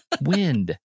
wind